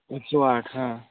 एक सौ आठ हाँ